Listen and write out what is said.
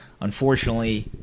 Unfortunately